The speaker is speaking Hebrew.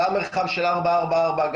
גם מתחם של 444,